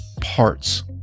parts